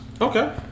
Okay